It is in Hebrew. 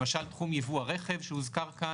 למשל תחום ייבוא הרכב שהוזכר כאן,